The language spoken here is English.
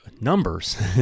Numbers